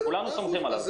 כולנו סומכים עליו.